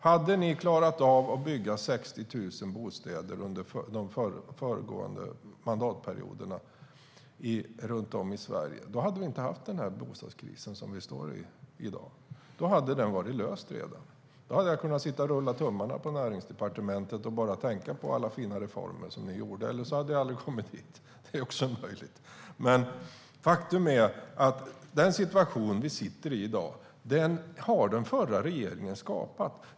Hade ni klarat av att bygga 60 000 bostäder runt om i Sverige under de föregående mandatperioderna hade vi inte haft den bostadskris som vi har i dag, utan då hade den varit löst redan. Då hade jag kunnat sitta och rulla tummarna på Näringsdepartementet och bara tänka på alla fina reformer som ni gjorde - eller också hade jag aldrig kommit dit, för det är ju också en möjlighet. Den situation som vi har i dag har den förra regeringen skapat.